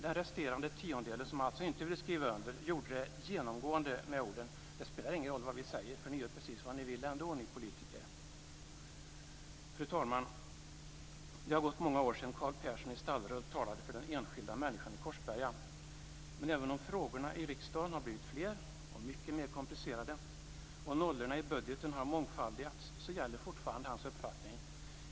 Den resterande tiondelen, som alltså inte ville skriva under, motiverade det genomgående med att det inte spelar någon roll vad de säger, eftersom vi politiker ändå gör precis vad vi vill. Fru talman! Det har gått många år sedan Carl Persson i Stallerhult talade för den enskilda människan i Korsberga, men även om frågorna i riksdagen har blivit fler och mycket mer komplicerade och nollorna i budgeten har mångfaldigats gäller fortfarande hans uppfattning.